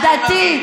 הדתי,